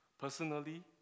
Personally